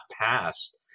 passed